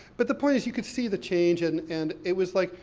but the point is, you can see the change, and and it was like,